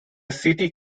city